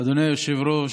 אדוני היושב-ראש,